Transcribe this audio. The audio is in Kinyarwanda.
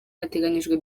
hateganyijwe